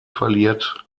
verliert